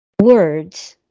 words